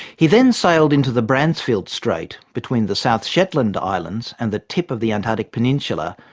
he then sailed into the bransfield strait, between the south shetland islands and the tip of the antarctic peninsula,